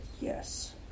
Yes